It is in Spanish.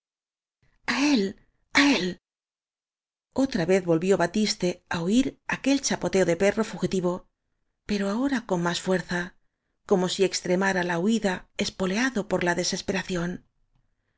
él otra vez volvió batiste á oir aquel chapoteo de perro fugitivo pero ahora con más fuerza como si extremara la huida espoleado por la desesperación